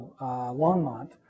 Longmont